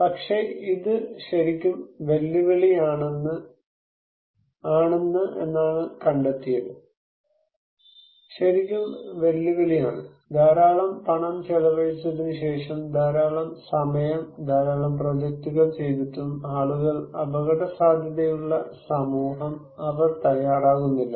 പക്ഷേ ഇത് ശരിക്കും വെല്ലുവിളിയാണെന്ന് എന്നാണ് കണ്ടെത്തിയത് ശരിക്കും വെല്ലുവിളിയാണ് ധാരാളം പണം ചെലവഴിച്ചതിന് ശേഷം ധാരാളം സമയം ധാരാളം പ്രോജക്ടുകൾ ചെയ്തിട്ടും ആളുകൾ അപകടസാധ്യതയുള്ള സമൂഹം അവർ തയ്യാറാകുന്നില്ല